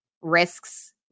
risks